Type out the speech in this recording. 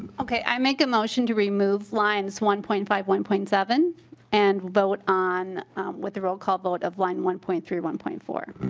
okay i make a motion to remove line one point five one point seven and vote on with a rollcall vote of line one point three one point four.